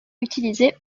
utilisée